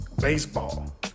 Baseball